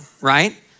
right